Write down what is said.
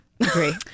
agree